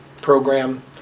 program